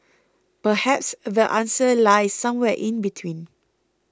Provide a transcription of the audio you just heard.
perhaps the answer lies somewhere in between